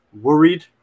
worried